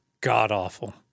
god-awful